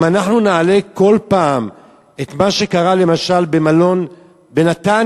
אם אנחנו נעלה כל פעם את מה שקרה למשל במלון בנתניה,